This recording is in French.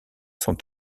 sont